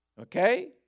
Okay